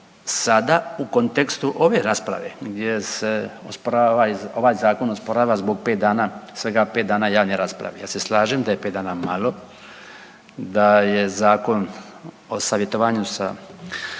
sada u kontekstu ove rasprave jer se osporava, ovaj Zakon osporava zbog 5 dana, svega 5 dana javne rasprave. Ja se slažem da je 5 dana malo, da je Zakon o savjetovanju sa